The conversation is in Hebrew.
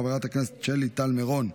חברת הכנסת שלי טל מירון,